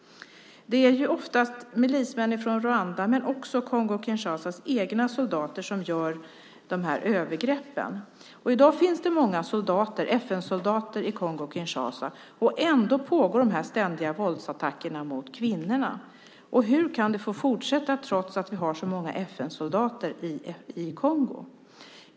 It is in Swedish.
Det är ofta milismän från Rwanda, men också från Kongo-Kinshasas egna soldater, som gör dessa övergrepp. I dag finns många FN-soldater i Kongo-Kinshasa, och ändå pågår dessa ständiga våldsattacker mot kvinnor. Hur kan de få fortsätta trots att det finns så många FN-soldater i Kongo?